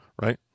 right